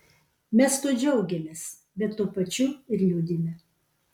mes tuo džiaugiamės bet tuo pačiu ir liūdime